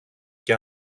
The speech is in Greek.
και